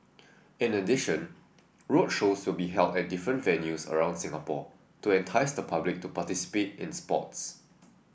in addition roadshows will be held at different venues around Singapore to entice the public to participate in sports